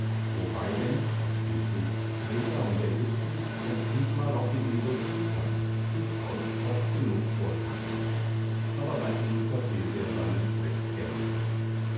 wobei denn versteht sich kreta und ägypten und diesmal auch die insel cypern kypros oft genug vorkamen aber bei ihm verfehlte er seinen zweck gänzlich